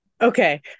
okay